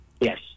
Yes